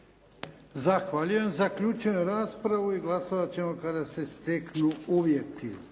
Zahvaljujem. Zaključujem raspravu. Glasovat ćemo kada se steknu uvjeti.